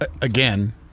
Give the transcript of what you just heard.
Again